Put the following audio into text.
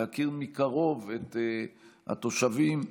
להכיר מקרוב את התושבים,